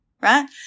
right